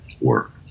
work